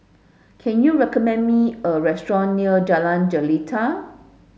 can you recommend me a restaurant near Jalan Jelita